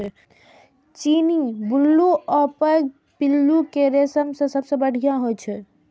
चीनी, बुलू आ पैघ पिल्लू के रेशम सबसं बढ़िया होइ छै